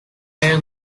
down